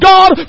God